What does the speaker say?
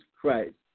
Christ